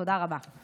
תודה רבה.